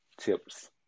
tips